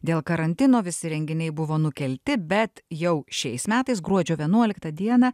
dėl karantino visi renginiai buvo nukelti bet jau šiais metais gruodžio vienuoliktą dieną